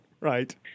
right